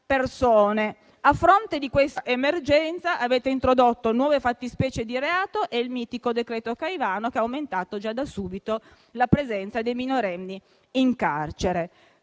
A fronte di questa emergenza avete introdotto nuove fattispecie di reato e il mitico decreto Caivano, che ha aumentato già da subito la presenza dei minorenni in carcere.